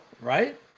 right